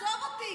עזוב אותי.